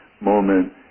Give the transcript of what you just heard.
moment